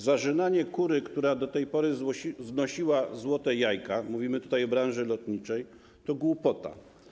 Zarzynanie kury, która do tej pory znosiła złote jajka - mówimy tutaj o branży lotniczej - to głupota.